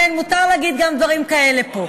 כן, מותר להגיד גם דברים כאלה פה.